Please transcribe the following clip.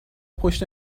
پشت